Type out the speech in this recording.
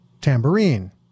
tambourine